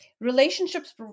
Relationships